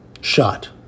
shot